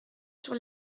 sur